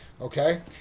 okay